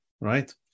right